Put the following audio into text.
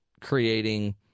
creating